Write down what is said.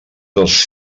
tos